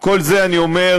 את כל זה אני אומר,